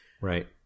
Right